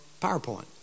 PowerPoint